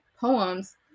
poems